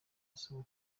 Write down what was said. asaba